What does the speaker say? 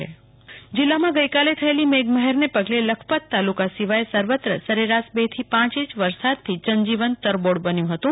કલ્પના Shah Kutch વરસાદ જીલ્લામાં ગઈકાલે થયેલી મેઘમહેરને પગલે લખપત તાલુકા સિવાય સર્વત્ર સરેરાશ બે થી પાંચ ઇંચ વરસાદથી જન જીવન તરબીળ બન્યું હતું